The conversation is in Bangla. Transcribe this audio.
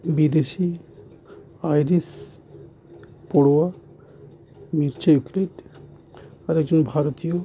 বিদেশি আইরিস পড়োয়া মিরচা আর একজন ভারতীয়